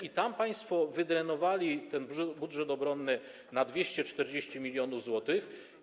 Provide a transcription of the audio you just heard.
I tam państwo wydrenowali ten budżet obronny na 240 mln zł.